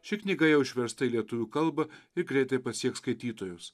ši knyga jau išversta į lietuvių kalbą ir greitai pasieks skaitytojus